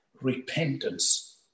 repentance